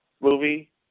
movie